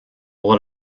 lot